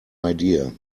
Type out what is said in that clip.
idea